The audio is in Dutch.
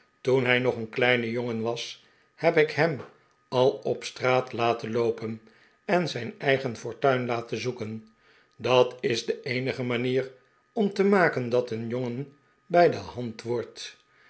toen hij nog een kleine jongen was heb ik hem al op straat laten loopen en zijn eigen fortuin laten zoeken dat is de eenige manier om te maken dat een jongen bij de hand wordt